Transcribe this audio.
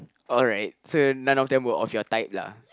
alright so none of them were of your type lah